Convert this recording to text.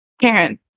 Karen